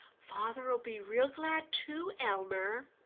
father'll be real glad too, elmer.